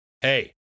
hey